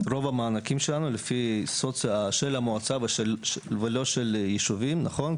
רוב המענקים שלנו של המועצה ולא של ישובים, נכון?